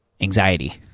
anxiety